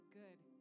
good